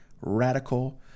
radical